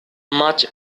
much